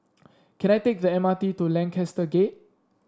can I take the M R T to Lancaster Gate